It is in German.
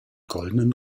goldenen